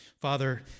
Father